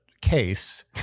case